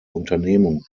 unternehmungen